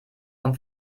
vom